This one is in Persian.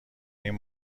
این